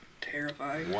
Terrified